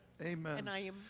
Amen